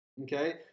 okay